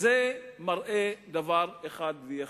זה מראה דבר אחד ויחיד.